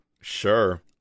Sure